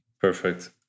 Perfect